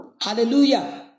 Hallelujah